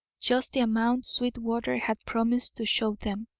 just the amount sweetwater had promised to show them.